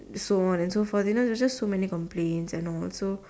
so on and so forth you know there was so many complains and all so